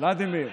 ולדימיר.